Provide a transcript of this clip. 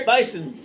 Bison